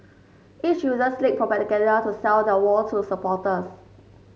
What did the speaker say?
each uses slick propaganda to sell their war to supporters